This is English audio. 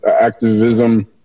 activism